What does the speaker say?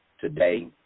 today